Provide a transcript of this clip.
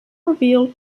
revealed